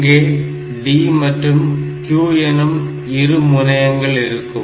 இங்கே D மற்றும் Q எனும் இரு முனையங்கள் இருக்கும்